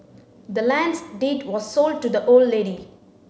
the land's deed was sold to the old lady